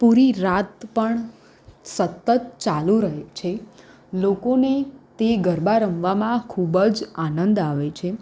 પૂરી રાત પણ સતત ચાલુ રહે છે લોકોને તે ગરબા રમવામાં ખૂબ જ આનંદ આવે છે